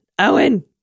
Owen